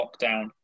lockdown